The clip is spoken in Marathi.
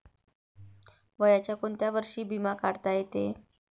वयाच्या कोंत्या वर्षी बिमा काढता येते?